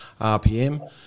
RPM